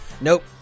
Nope